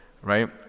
right